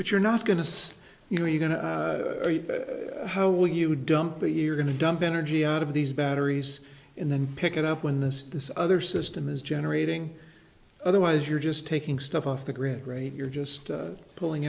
but you're not going to say you're going to how will you dump me you're going to dump energy out of these batteries and then pick it up when this this other system is generating otherwise you're just taking stuff off the grid right you're just pulling